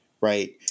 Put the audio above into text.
right